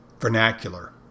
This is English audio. vernacular